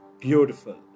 Beautiful